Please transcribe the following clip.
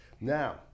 Now